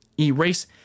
erase